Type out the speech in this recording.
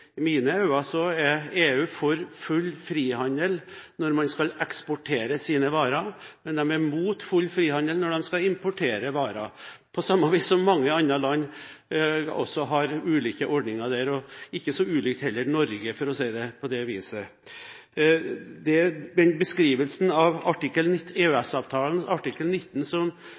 er EU for full frihandel når de skal eksportere sine varer, men de er mot full frihandel når de skal importere varer – på samme vis som mange andre land, som også har ulike ordninger, og det er heller ikke så ulikt Norge, for å si det slik. Den beskrivelsen av EØS-avtalens artikkel